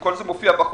כל זה מופיע בחוק.